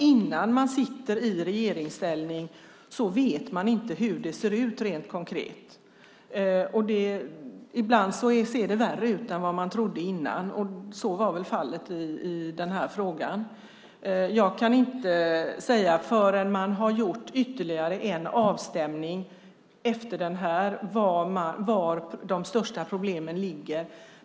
Innan man sitter i regeringsställning vet man inte hur det ser ut rent konkret. Ibland ser det värre ut än vad man trodde innan, och så var väl fallet i den här frågan. Jag kan inte, förrän man har gjort ytterligare en avstämning efter den här, säga var de största problemen ligger.